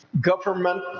Government